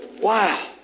Wow